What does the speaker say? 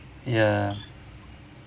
ya